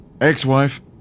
Ex-wife